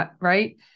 right